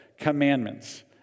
commandments